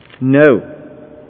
No